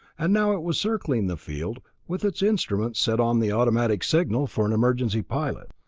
and now it was circling the field with its instruments set on the automatic signal for an emergency pilot.